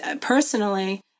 personally